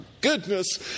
goodness